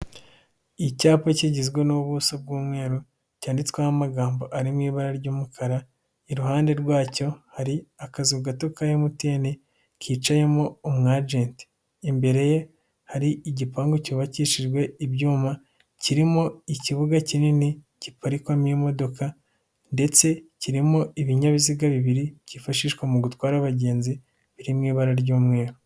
Icyapa kigizwe n'ubuso bw'umweru cyanditsweho amagambo ari mu ibara ry'umukara iruhande rwacyo hari akazu gato ka motini kicayemo umu agenti imbere ye hari igipangu cyubakishijwe ibyuma kirimo ikibuga kinini giparikamo imodoka ndetse kirimo ibinyabiziga bibiri byifashishwa mu gutwara abagenzi iri mu ibara ry'umweru.